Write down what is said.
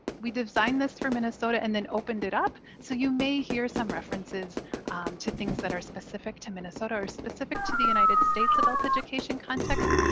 we designed this for minnesota and then opened it up. so you may hear some references to things that are specific to minnesota or specific to the united states adult education context.